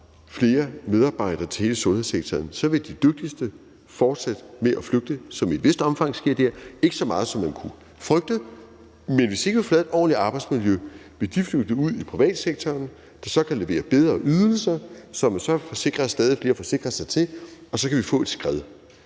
flere medarbejdere til hele sundhedssektoren, så vil de dygtigste fortsætte med at flygte, sådan som det i et vist omfang sker i dag – ikke så meget, som man kunne frygte, men hvis ikke vi får lavet et ordentligt arbejdsmiljø, vil de flygte ud i privatsektoren, der så kan levere bedre ydelser, som så stadig flere vil forsikre sig til, og så kan vi få et skred,